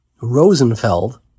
Rosenfeld